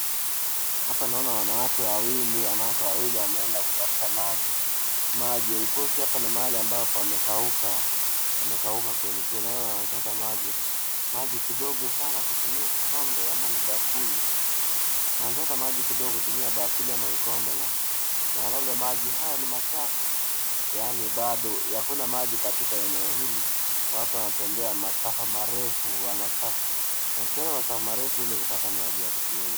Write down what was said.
Hapa naona wanawake wawili , wanawake wawili wameenda kuchota maji. Haikosi hapa ni mahali ambapo imeauka kwelikweli ama wanachota maji kidogo sana kutumia kikombe ama bakuli. Wanachota maji kidogo kutumia bakuli ama kikombe na labda maji haya ni machafu yaani Bado hakuna maji katika eneo hili. Watu wanatwmbea masafa marefu hili kupata maji ya kutumia .